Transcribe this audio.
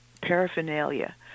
paraphernalia